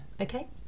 okay